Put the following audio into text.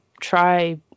try